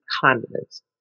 condiments